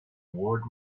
world